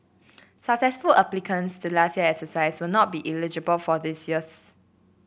successful applicants to last year's exercise will not be eligible for this year's